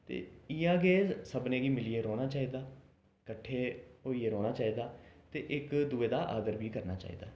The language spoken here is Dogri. ते इ'यां गे सभनें गी मिलियै रौह्ना चाहिदा किट्ठे होइयै रौह्ना चाहिदा ते इक दुए दा आदर बी करना चाहिदा